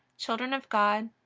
children of god,